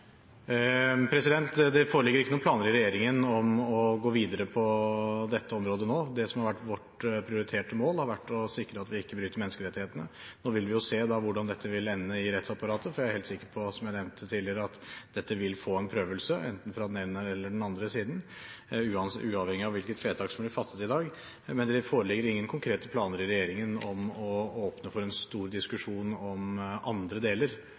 Det foreligger ikke noen planer i regjeringen om å gå videre på dette området nå. Det som har vært vårt prioriterte mål, har vært å sikre at vi ikke bryter menneskerettighetene. Nå vil vi se hvordan dette vil ende i rettsapparatet, for jeg er helt sikker på – som jeg nevnte tidligere – at dette vil bli prøvd for retten, enten fra den ene eller den andre siden, uavhengig av hvilket vedtak som blir fattet i dag. Men det foreligger ingen konkrete planer i regjeringen om å åpne for en stor diskusjon om andre deler